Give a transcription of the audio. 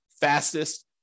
fastest